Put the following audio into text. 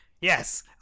Yes